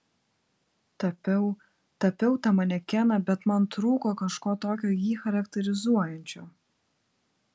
tapiau tapiau tą manekeną bet man trūko kažko tokio jį charakterizuojančio